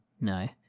No